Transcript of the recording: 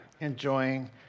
enjoying